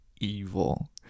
evil